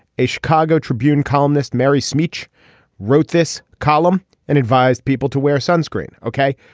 a chicago tribune columnist mary schmich wrote this column and advised people to wear sunscreen ok.